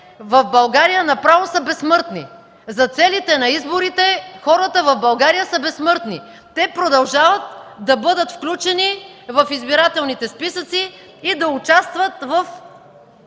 в България направо са безсмъртни. За целите на изборите хората в България са безсмъртни! Те продължават да бъдат включени в избирателните списъци и да участват в